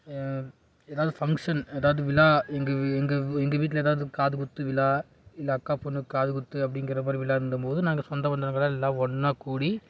ஏதாவது ஃபங்க்ஷன் ஏதாவது விழா எங்கள் எங்கள் எங்கள் வீட்டில் ஏதாவது காது குத்து விழா இல்லை அக்கா பொண்ணுக்கு காது குத்து அப்படிங்கிற மாதிரி விழாந்த போது நாங்கள் சொந்த பந்தங்களாக எல்லாம் ஒன்றா கூடி